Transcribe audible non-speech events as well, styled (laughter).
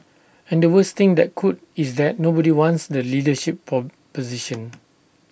and the worst thing that could is that nobody wants the leadership (unintelligible) position